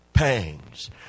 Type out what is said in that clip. Pangs